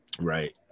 right